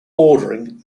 ordering